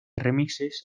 remixes